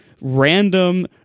random